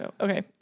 Okay